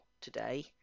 today